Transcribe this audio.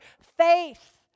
faith